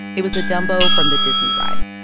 it was a dumbo from the disney ride.